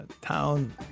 town